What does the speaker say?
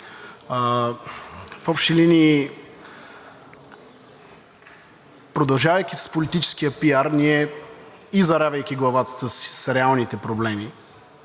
В общи линии, продължавайки с политическия пиар и заравяйки главата си с реалните проблеми,